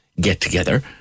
get-together